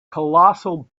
colossal